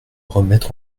remettre